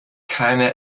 keine